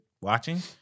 watching